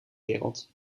wereld